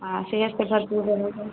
हाँ सेहत से भरपूर रहेगा